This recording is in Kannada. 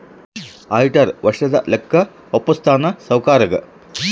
ಆಡಿಟರ್ ವರ್ಷದ ಲೆಕ್ಕ ವಪ್ಪುಸ್ತಾನ ಸಾವ್ಕರುಗಾ